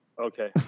Okay